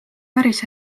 päris